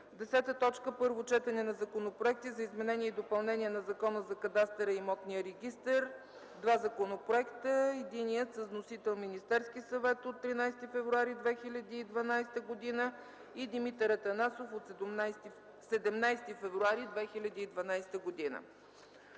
представители. 10. Първо четене на законопроекти за изменение и допълнение на Закона за кадастъра и имотния регистър. Два законопроекта: единият – с вносител Министерският съвет на 13 февруари 2012 г., а другият – от Димитър Атанасов на 17 февруари 2012 г.